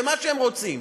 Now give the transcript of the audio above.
ומה שהם רוצים,